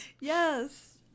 Yes